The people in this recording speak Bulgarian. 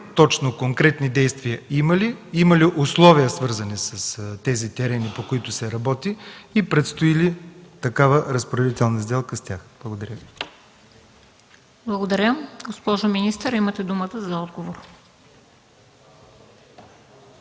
точно: конкретни действия има ли? Има ли условия, свързани с тези терени, по които се работи и предстои ли такава разпоредителна сделка с тях? Благодаря. ПРЕДСЕДАТЕЛ МЕНДА СТОЯНОВА: Благодаря. Госпожо министър, имате думата за отговор.